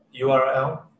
url